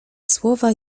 słowa